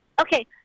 Okay